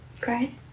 Great